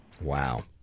Wow